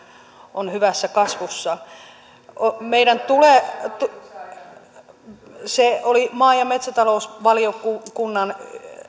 on hyvässä kasvussa se oli tavallaan tällainen maa ja metsätalousvaliokunnan